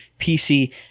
pc